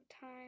time